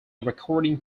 recording